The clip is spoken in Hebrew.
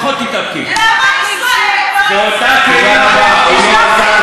למה ישראל לא הצביעה בוועדה על פשעי סוריה?